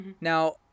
Now